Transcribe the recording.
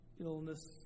Illness